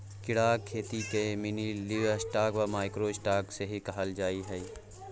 कीड़ाक खेतीकेँ मिनीलिवस्टॉक वा माइक्रो स्टॉक सेहो कहल जाइत छै